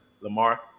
Lamar